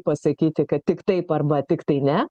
pasakyti kad tik taip arba tiktai ne